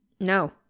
No